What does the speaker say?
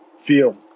feel